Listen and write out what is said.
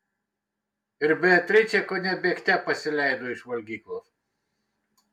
ir beatričė kone bėgte pasileido iš valgyklos